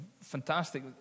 fantastic